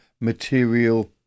material